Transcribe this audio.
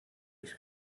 ich